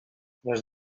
les